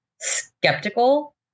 skeptical